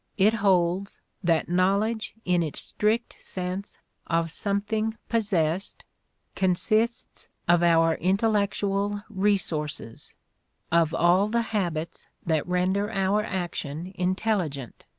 it holds that knowledge in its strict sense of something possessed consists of our intellectual resources of all the habits that render our action intelligent.